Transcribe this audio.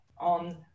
on